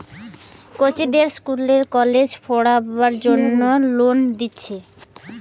কচিদের ইস্কুল কলেজে পোড়বার জন্যে লোন দিচ্ছে